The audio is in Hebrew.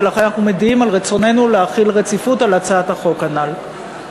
ולכן אנחנו מודיעים על רצוננו להחיל רציפות על הצעת החוק הנ"ל.